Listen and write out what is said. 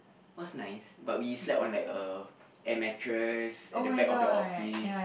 what's nice but we slept on like a air mattress at the back of the office